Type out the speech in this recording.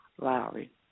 Lowry